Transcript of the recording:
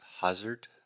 hazard